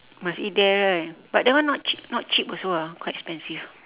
must eat there right but that one not cheap not cheap also ah quite expensive